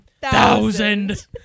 Thousand